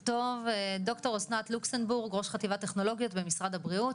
ד"ר אסנת לוקסמבורג ראש חטיבת טכנולוגיות במשרד הבריאות.